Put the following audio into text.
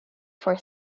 for